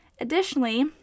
Additionally